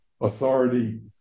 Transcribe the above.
authority